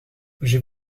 j’ai